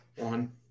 One